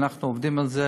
אנחנו עובדים על זה